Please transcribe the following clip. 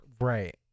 Right